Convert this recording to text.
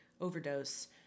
overdose